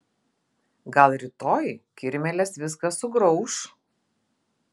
gal rytoj kirmėlės viską sugrauš